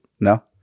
No